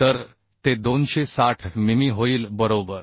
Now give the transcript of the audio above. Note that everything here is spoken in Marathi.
तर ते 260 मिमी होईल बरोबर